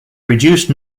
reduced